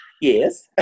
Yes